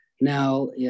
now